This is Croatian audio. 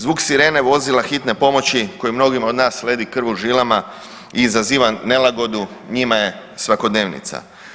Zvuk sirene vozila hitne pomoći koji mnogima od nas ledi krv u žilama i izaziva nelagodu njima je svakodnevica.